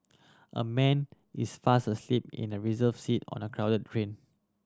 a man is fast asleep in a reserved seat on a crowded train